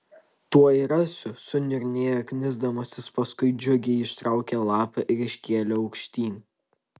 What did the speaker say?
tuoj rasiu suniurnėjo knisdamasis paskui džiugiai ištraukė lapą ir iškėlė aukštyn